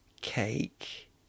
cake